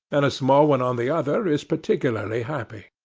and a small one on the other, is particularly happy.